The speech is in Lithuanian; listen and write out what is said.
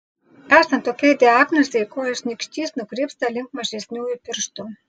esant tokiai diagnozei kojos nykštys nukrypsta link mažesniųjų pirštų